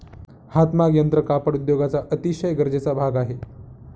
हातमाग यंत्र कापड उद्योगाचा अतिशय गरजेचा भाग आहे